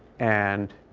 and